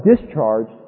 discharged